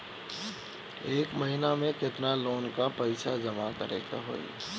एक महिना मे केतना लोन क पईसा जमा करे क होइ?